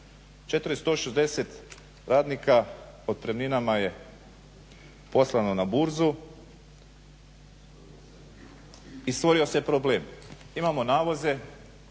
460 radnika otpremninama je poslano na burzu i stvorio se problem. Imamo navoze,